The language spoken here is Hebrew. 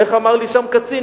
איך אמר לי שם קצין?